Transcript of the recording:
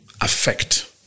affect